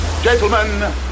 Gentlemen